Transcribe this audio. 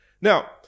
Now